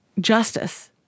justice